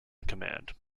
command